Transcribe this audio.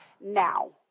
now